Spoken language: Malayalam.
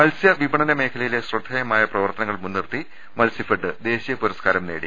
മത്സ്യ വിപണന മേഖലയിലെ ശ്രദ്ധേയമായ പ്രവർത്തനങ്ങൾ മുൻനിർത്തി മത്സ്യഫെഡ് ദേശീയ പുരസ്കാരം നേടി